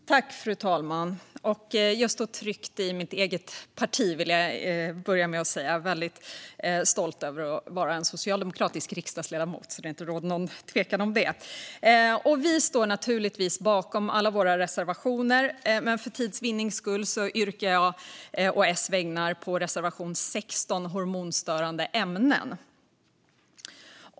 Fru talman! Jag vill börja med att säga att jag står tryggt i mitt eget parti och är väldigt stolt över att vara en socialdemokratisk riksdagsledamot, så att det inte råder något tvivel om det. Vi står naturligtvis bakom alla våra reservationer, men för tids vinnande yrkar jag å Socialdemokraternas vägnar bifall endast till reservation 16 om hormonstörande ämnen.